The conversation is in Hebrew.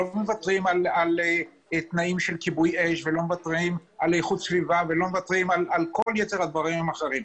כמו: תנאים לכיבוי אש ועל איכות סביבה ועל כל יתר הדברים האחרים,